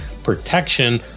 Protection